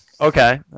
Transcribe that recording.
Okay